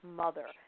mother